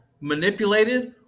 manipulated